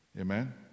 Amen